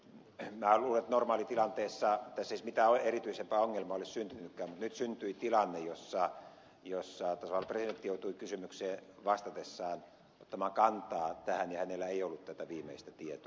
minä luulen että normaalitilanteessa tässä ei siis mitään erityisempää ongelmaa ole syntynytkään mutta nyt syntyi tilanne jossa tasavallan presidentti joutui kysymykseen vastatessaan ottamaan kantaa tähän ja hänellä ei ollut tätä viimeistä tietoa